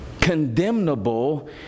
condemnable